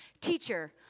teacher